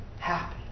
happy